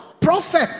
prophet